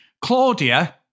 Claudia